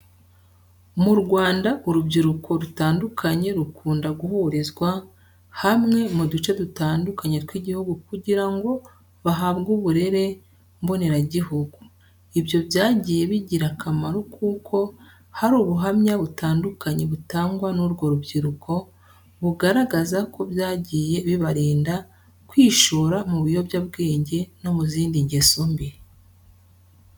Mu Rwanda urubyiruko rutandukanye rukunda guhurizwa hamwe, mu duce dutandukanye tw'igihugu kugira ngo bahabwe uburere mboneragihugu, ibyo byagiye bigira akamaro kuko hari ubuhamya butandukanye butangwa n'urwo rubyiruko, bugaragaza ko byagiye bibarinda kwishora mu biyobyabwenge no mu zindi ngeso mbi.